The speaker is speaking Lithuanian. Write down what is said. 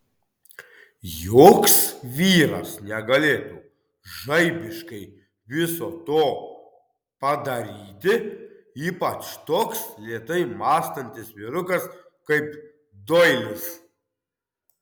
joks vyras negalėtų žaibiškai viso to padaryti ypač toks lėtai mąstantis vyrukas kaip doilis